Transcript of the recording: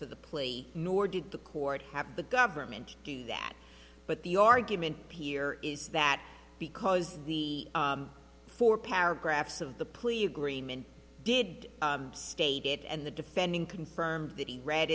for the plea nor did the court have the government do that but the argument here is that because the four paragraphs of the plea agreement did state it and the defending confirmed that he read